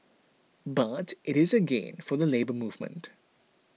but it is a gain for the Labour Movement